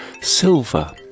Silver